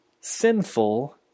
sinful